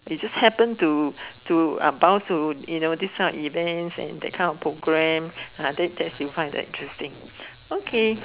you just happen to to uh bound to these kind of events and that kind of programme ah that's you find interesting